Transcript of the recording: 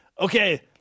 okay